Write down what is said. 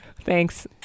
thanks